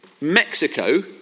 Mexico